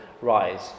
rise